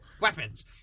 weapons